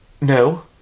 No